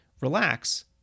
relax